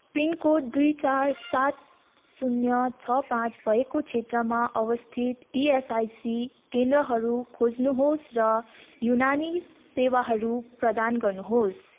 pin code दुई चार सात शून्य छ पाँच भएको क्षेत्रमा अवस्थित इएसआइसी केन्द्रहरू खोज्नुहोस् र युनानी सेवाहरू प्रदान गर्नुहोस्